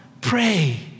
Pray